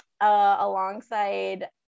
alongside